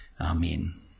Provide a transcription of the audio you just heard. Amen